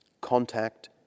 Contact